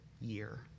year